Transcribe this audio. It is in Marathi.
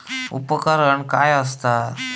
उपकरण काय असता?